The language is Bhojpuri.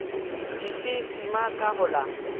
सी.सी सीमा का होला?